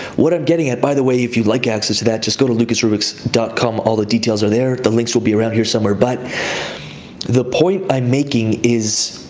what i'm getting at, by the way, if you'd like access to that, just go to lucasrubix com, all the details are there. the links will be around here somewhere. but the point i'm making is,